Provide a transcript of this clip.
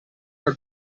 nel